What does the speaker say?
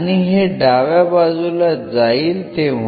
आणि हे डाव्या बाजूला जाईल तेव्हा